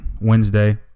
Wednesday